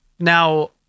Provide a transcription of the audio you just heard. Now